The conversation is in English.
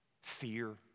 fear